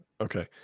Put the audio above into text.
Okay